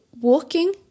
walking